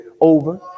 over